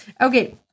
Okay